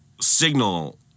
signal